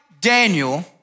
Daniel